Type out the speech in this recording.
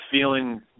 feeling